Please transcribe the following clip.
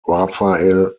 rafael